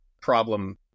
problem